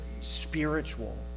spiritual